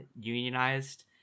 unionized